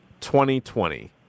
2020